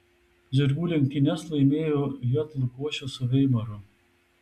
žirgų lenktynes laimėjo j lukošius su veimaru